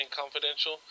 Confidential